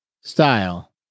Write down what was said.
style